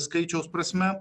skaičiaus prasme